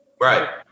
right